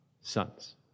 sons